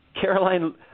Caroline